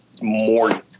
more